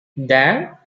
there